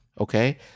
okay